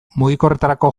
mugikorretarako